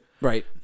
Right